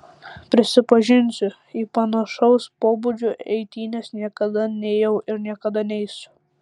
prisipažinsiu į panašaus pobūdžio eitynes niekada neėjau ir niekada neisiu